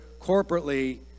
corporately